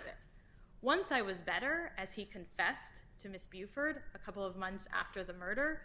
of it once i was better as he confessed to miss buford a couple of months after the murder